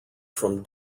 from